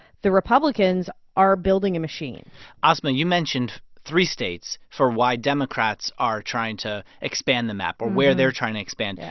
the republicans are building a machine asma, you mentioned three states for why democrats are trying to expand the map or where they're trying to expand. yeah